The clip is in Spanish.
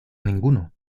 ninguno